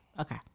Okay